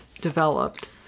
developed